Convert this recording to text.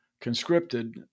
conscripted